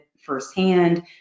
Firsthand